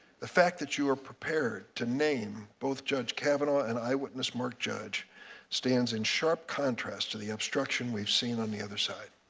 the fact that you are prepared to name both judge kavanaugh and eyewitness mark judge stands in sharp contrast to the obstruction we have seen on the other side.